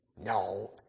No